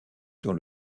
dans